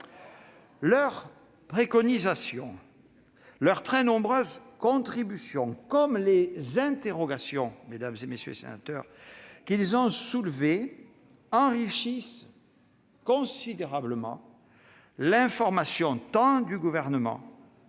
Leurs préconisations, leurs très nombreuses contributions, comme les interrogations qu'ils ont soulevées, enrichissent considérablement l'information tant du Gouvernement